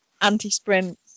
anti-sprint